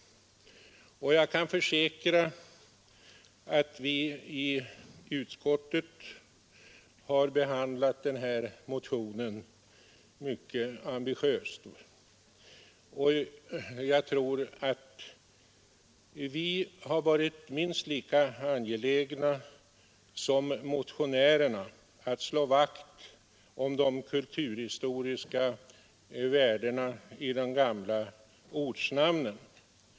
Jag kan också försäkra att vi i utskottet har behandlat motionen mycket ambitiöst, och jag tror att vi varit minst lika angelägna som motionärerna att slå vakt om de kulturhistoriska värdena i de gamla ortnamnen.